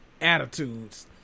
attitudes